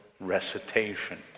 recitation